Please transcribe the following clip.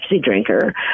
drinker